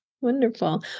wonderful